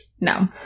No